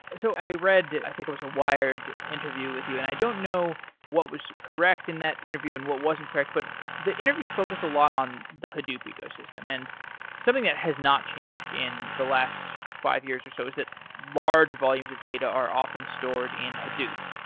so read, i think it was a wired interview with you, and i don't know what was correct in that interview and what wasn't correct, but the interview focused a lot on the hadoop ecosystem, and something that has not changed in the last five years or so is that large volumes of data are often stored in hadoop,